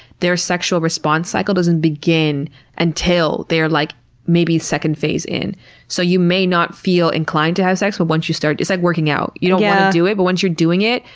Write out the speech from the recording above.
their sexual response cycle doesn't begin until they are, like maybe, second phase in. so, you may not feel inclined to have sex, but once you start it's like working out. you don't want to do it, but once you're doing it,